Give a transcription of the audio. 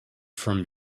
from